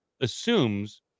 assumes